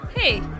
Hey